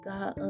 God